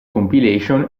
compilation